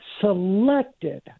selected